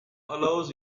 allows